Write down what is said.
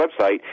website